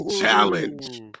Challenge